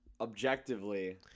Objectively